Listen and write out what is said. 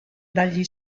dagli